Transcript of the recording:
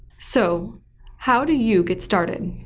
so how do you get started?